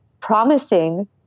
promising